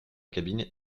cabine